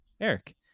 Eric